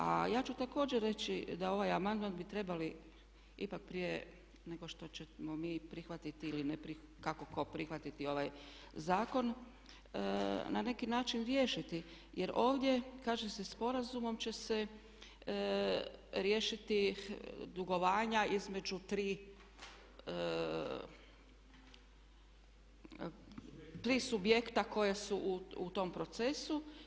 A ja ću također reći da ovaj amandman bi trebali ipak prije nego što ćemo mi prihvatiti ili ne prihvatiti, kako tko, prihvatiti ovaj zakon na neki način riješiti jer ovdje kaže se sporazumom će se riješiti dugovanja između tri subjekta koja su u tom procesu.